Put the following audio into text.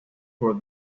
for